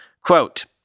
Quote